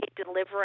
delivering